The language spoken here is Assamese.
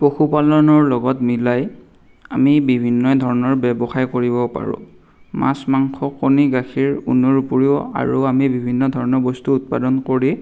পশুপালনৰ লগত মিলাই আমি বিভিন্ন ধৰণৰ ব্যৱসায় কৰিব পাৰোঁ মাছ মাংস কণী গাখীৰ উৎপাদনৰ উপৰিও আৰু আমি বিভিন্ন ধৰণৰ বস্তু উৎপাদন কৰি